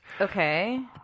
Okay